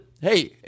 Hey